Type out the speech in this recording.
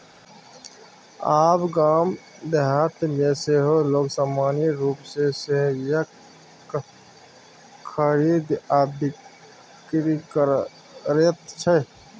आब गाम देहातमे सेहो लोग सामान्य रूपसँ शेयरक खरीद आ बिकरी करैत छै